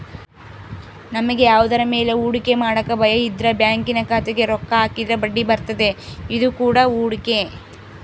ನಮಗೆ ಯಾವುದರ ಮೇಲೆ ಹೂಡಿಕೆ ಮಾಡಕ ಭಯಯಿದ್ರ ಬ್ಯಾಂಕಿನ ಖಾತೆಗೆ ರೊಕ್ಕ ಹಾಕಿದ್ರ ಬಡ್ಡಿಬರ್ತತೆ, ಇದು ಕೂಡ ಹೂಡಿಕೆ